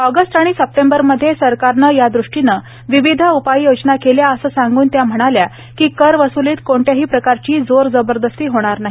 August आणि सप्टेंबरमधे सरकारनं यादृष्टीनं विविध उपाययोजना केल्या असं सांगून त्या म्हणाल्या की करवसुलीत कोणत्याही प्रकारची जोर जबरदस्ती होणार नाही